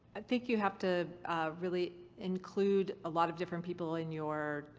i think you have to really include a lot of different people in your.